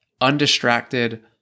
undistracted